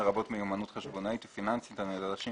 לרבות מיומנות חשבונאית ופיננסית הנדרשים